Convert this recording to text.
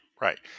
right